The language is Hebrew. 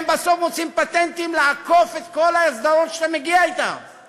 הם בסוף מוצאים פטנטים לעקוף כל הסדרות שאתה מגיע אליהן אתם.